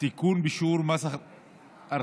תיקון בשיעור מס רכישה.